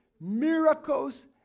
miracles